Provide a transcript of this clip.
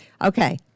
Okay